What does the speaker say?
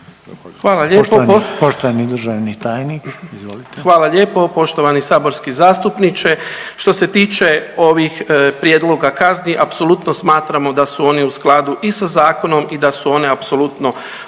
Hvala lijepo poštovani saborski zastupniče. Što se tiče ovih prijedloga kazni apsolutno smatramo da su oni u skladu i sa zakonom i da su one apsolutno dovoljne